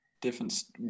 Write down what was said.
difference